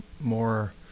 more